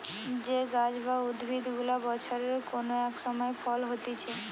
যে গাছ বা উদ্ভিদ গুলা বছরের কোন এক সময় ফল হতিছে